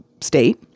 state